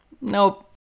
Nope